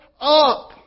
up